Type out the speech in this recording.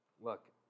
look